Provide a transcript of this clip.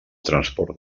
transport